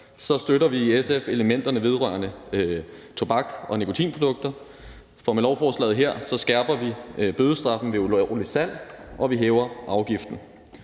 støtter vi i SF elementerne vedrørende tobak og nikotinprodukter. For med lovforslaget her skærper vi bødestraffen ved ulovligt salg, og vi hæver afgiften.